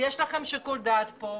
יש לכם שיקול דעת פה.